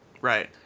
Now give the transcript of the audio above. Right